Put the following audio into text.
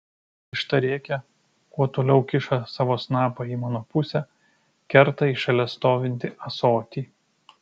višta rėkia kuo toliau kiša savo snapą į mano pusę kerta į šalia stovintį ąsotį